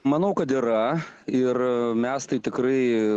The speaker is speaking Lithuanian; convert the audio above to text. manau kad yra ir mes tai tikrai